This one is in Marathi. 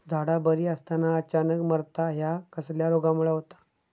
झाडा बरी असताना अचानक मरता हया कसल्या रोगामुळे होता?